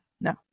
no